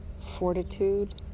fortitude